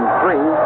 three